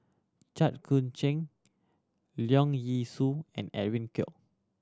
Jit Koon Ch'ng Leong Yee Soo and Edwin Koek